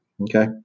Okay